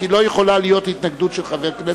כי לא יכולה להיות התנגדות של חבר הכנסת.